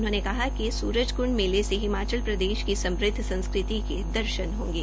उन्होंने कहा कि सूरजकंड मेले से हिमाचल प्रदेश की स्मृद्ध संस्कृति के दर्शन होंगे